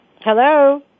Hello